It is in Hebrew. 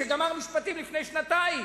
שגמר לימודי משפטים לפני שנתיים,